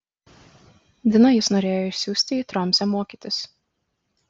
diną jis norėjo išsiųsti į tromsę mokytis